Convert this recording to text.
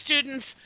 students